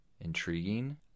intriguing